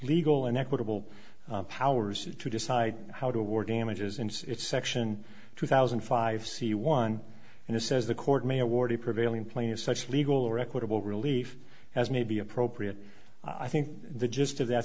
legal and equitable powers to decide how to award damages in its section two thousand five c one and it says the court may awarded prevailing players such legal or equitable relief as may be appropriate i think the gist of that